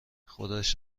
خودش